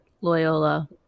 Loyola